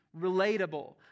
Relatable